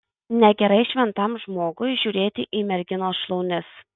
negerai šventam žmogui žiūrėti į merginos šlaunis